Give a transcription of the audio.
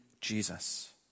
Jesus